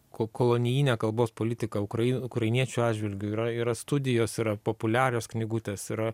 ko kolonijinę kalbos politiką ukrain ukrainiečių atžvilgiu yra yra studijos yra populiarios knygutės yra